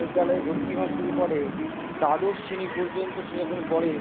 বিদ্যালয় ভর্তি হওয়া শুরু করে দ্বাদশ শ্রেণী পর্যন্ত সে যখন পড়ে